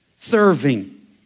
Serving